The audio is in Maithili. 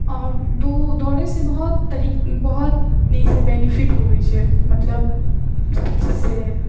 आओर दऽ दौड़ै से बहुत तरह बहुत नीकसँ बेनीफिट होबे छै मतलब सभचीज से